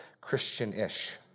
Christian-ish